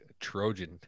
Trojan